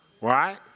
right